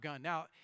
Now